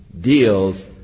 deals